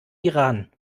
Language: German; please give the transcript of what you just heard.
iran